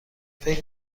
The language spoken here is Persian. فکر